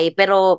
pero